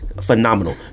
Phenomenal